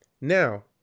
Now